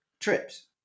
trips